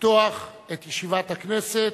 לפתוח את ישיבת הכנסת,